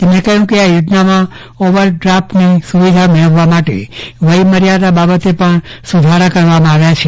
તેમણે કહ્યું કેઆ યોજનામાં ઓવર ઓવરડ્રાફ્ટ ની સુવિધા મેળવવા માટે વયમર્યાદા બાબતે પણ સુધારા કરવામાં આવ્યા છે